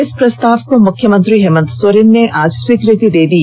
इस प्रस्ताव को मुख्यमंत्री हेमंत सोरेन ने आज स्वीकृति दे दी